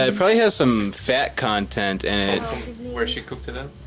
ah probably has some fat content and where she cooked it up.